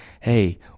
Hey